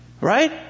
right